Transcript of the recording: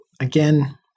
again